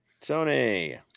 tony